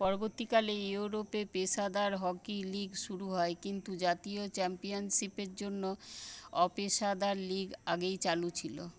পরবর্তীকালে ইউরোপে পেশাদার হকি লীগ শুরু হয় কিন্তু জাতীয় চ্যাম্পিয়ানশিপের জন্য অপেশাদার লীগ আগেই চালু ছিল